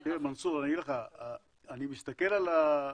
מנסור, אני אגיד לך, אני מסתכל על הטבלאות,